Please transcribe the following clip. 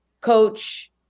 coach